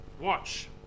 watch